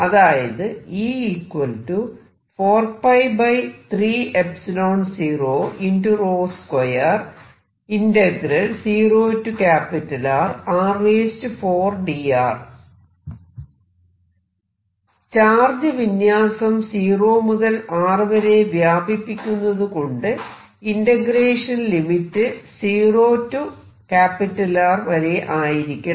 അതായത് ചാർജ് വിന്യാസം സീറോ മുതൽ R വരെ വ്യാപിപ്പിക്കുന്നതുകൊണ്ട് ഇന്റഗ്രേഷൻ ലിമിറ്റ് 0 R വരെയായിരിക്കണം